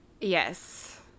yes